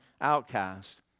outcast